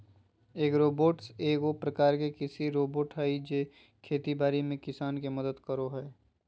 agribots एगो प्रकार के कृषि रोबोट हय जे खेती बाड़ी में किसान के मदद करो हय